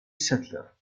settler